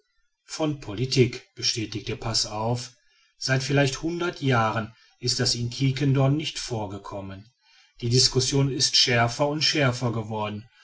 von politik bestätigte passauf seit vielleicht hundert jahren ist das in quiquendone nicht vorgekommen die discussion ist schärfer und schärfer geworden